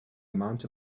amount